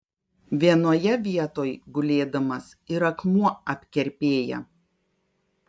vienoje vietoj gulėdamas ir akmuo apkerpėja